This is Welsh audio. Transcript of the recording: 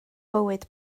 bywyd